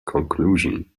conclusion